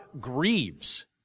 grieves